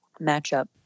matchup